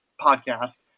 podcast